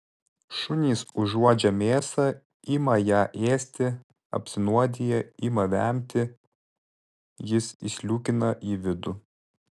šunys užuodžia mėsą ima ją ėsti apsinuodija ima vemti jis įsliūkina į vidų